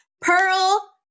Pearl